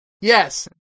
Yes